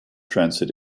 transit